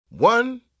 One